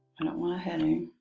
i don't want to heading.